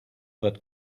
that